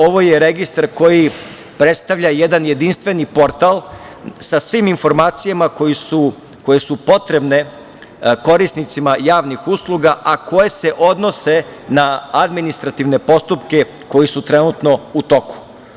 Ovo je registar koji predstavlja jedan jedinstveni portal sa svim informacijama koje su potrebne korisnicima javnih usluga, a koje se odnose na administrativne postupke koji su trenutno u toku.